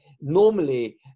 normally